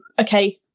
okay